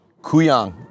Kuyang